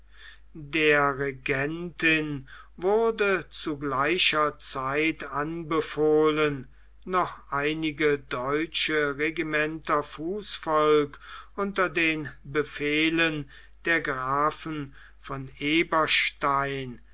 der regentin wurde zu gleicher zeit anbefohlen noch einige deutsche regimenter fußvolk unter den befehlen der grafen von eberstein